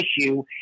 issue